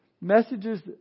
messages